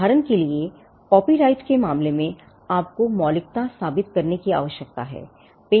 उदाहरण के लिए कॉपीराइट के मामले में आपको मौलिकता साबित करने की आवश्यकता है